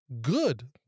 good